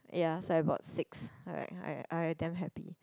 ya I bought six I I I damn happy